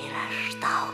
ir aš tau